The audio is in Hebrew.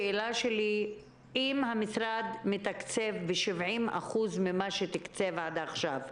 אם המשרד מתקצב ב-70% ממה שהוא תקצב עד עכשיו,